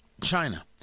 China